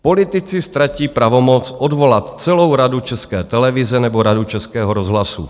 Politici ztratí pravomoc odvolat celou Radu České televize nebo Radu Českého rozhlasu.